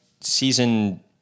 season